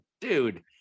dude